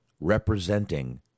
representing